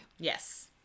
Yes